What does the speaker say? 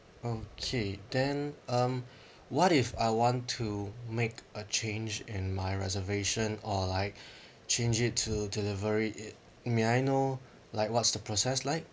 okay then um what if I want to make a change in my reservation or like change it to delivery it may I know like what's the process like